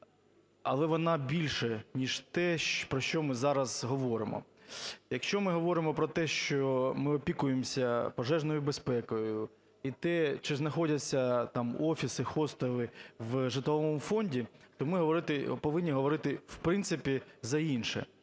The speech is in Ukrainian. але вона більше ніж те, про що ми зараз говоримо. Якщо ми говоримо про те, що ми опікуємося пожежною безпекою, і те, чи знаходяться там офіси, хостели в житловому фонді, то ми повинні говорити в принципі за інше.